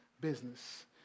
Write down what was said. business